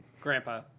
Grandpa